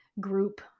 group